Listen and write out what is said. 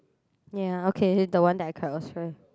ya okay the one that I cried was her